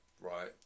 right